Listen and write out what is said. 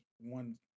one